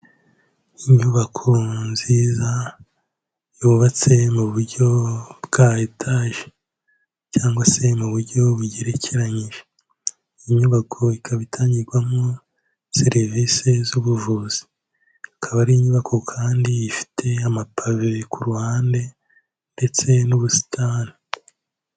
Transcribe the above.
Inyubako nziza yubatse mu buryo bwa etaje cyangwa se mu buryo bugerekeranyije, iyi nyubako ikaba itangirwamo serivisi z'ubuvuzi, ikaba ari inyubako kandi ifite amapave ku ruhande ndetse n'ubusitani.